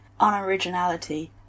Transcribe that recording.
unoriginality